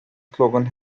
slogan